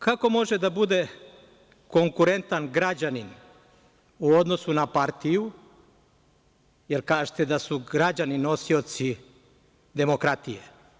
Kako može da bude konkurentan građanin u odnosu na partiju, jer kažete da su građani nosioci demokratije?